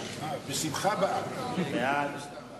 בעד